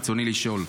ברצוני לשאול: